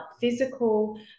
physical